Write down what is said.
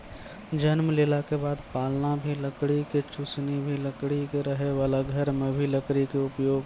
जन्म लेला के बाद पालना भी लकड़ी के, चुसनी भी लकड़ी के, रहै वाला घर मॅ भी लकड़ी के उपयोग